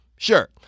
Sure